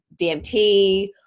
DMT